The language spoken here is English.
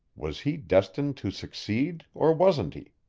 was he destined to succeed, or wasn't he?